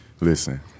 Listen